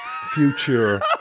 Future